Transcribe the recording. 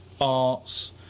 arts